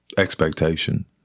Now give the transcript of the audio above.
Expectation